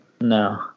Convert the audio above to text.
No